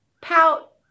pout